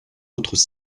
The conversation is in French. autres